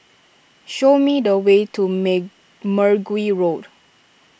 show me the way to Mergui Road